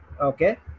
Okay